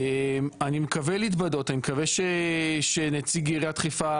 אני מקווה להתבדות, אני מקווה שנציג עיריית חיפה,